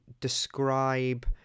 describe